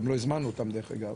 גם לא הזמנו אותם דרך אגב,